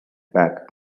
back